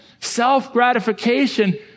self-gratification